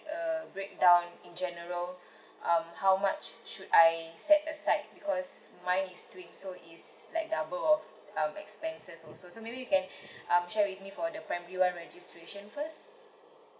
err breakdown in general um how much should I set aside because mine is twins so it's like double of um expenses also so maybe you can um share with me for the primary one registration first